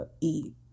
eat